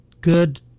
good